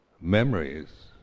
memories